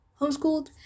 homeschooled